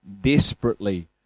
desperately